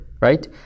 right